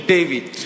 David